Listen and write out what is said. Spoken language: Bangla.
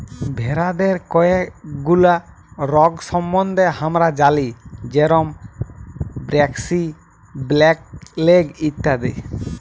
ভেরাদের কয়ে গুলা রগ সম্বন্ধে হামরা জালি যেরম ব্র্যাক্সি, ব্ল্যাক লেগ ইত্যাদি